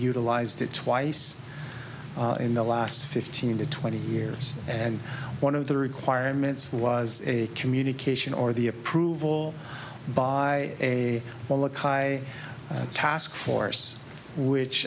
utilized it twice in the last fifteen to twenty years and one of the requirements was a communication or the approval by a molokai task force which